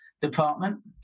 department